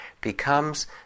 becomes